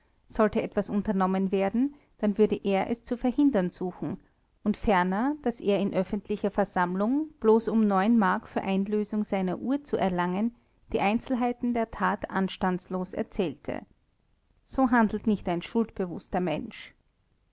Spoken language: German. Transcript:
sollte etwas unternommen werden dann würde er es zu verhindern suchen und ferner daß er in öffentlicher versammlung bloß um mark für einlösung seiner uhr zu erlangen die einzelheiten der tat anstandslos erzählte so handelt nicht ein schuldbewußter mensch